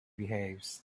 behaves